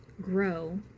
grow